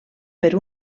per